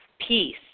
peace